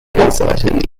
uncertain